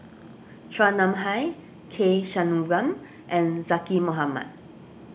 Chua Nam Hai K Shanmugam and Zaqy Mohamad